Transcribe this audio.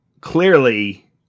clearly